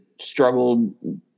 struggled